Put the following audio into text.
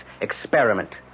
experiment